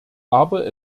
aber